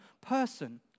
person